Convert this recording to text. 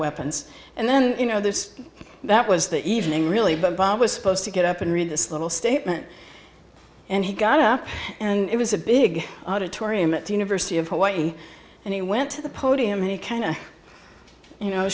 weapons and then you know this that was the evening really but bob was supposed to get up and read this little statement and he got up and it was a big auditorium at the university of hawaii and he went to the podium and he kind of you know